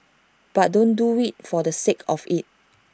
but don't do IT for the sake of IT